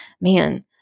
man